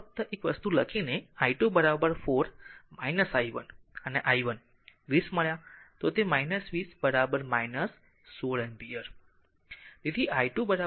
અહીં ફક્ત એક જ વસ્તુ લખીને i2 r 4 i 1 અને i 1 20 મળ્યા તો તે 20 16 એમ્પીયર